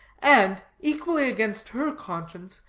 and, equally against her conscience,